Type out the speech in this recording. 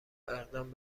اقدام